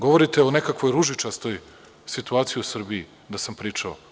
Govorite o nekakvoj ružičastoj situaciji u Srbiji da sam pričao.